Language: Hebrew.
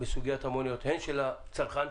בסוגיית המוניות הן של הצרכן,